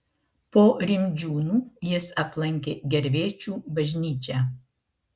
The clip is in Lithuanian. po rimdžiūnų jis aplankė gervėčių bažnyčią